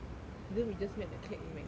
you know we just met that clique in mcdonald's